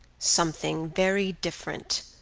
something very different,